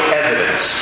evidence